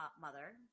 mother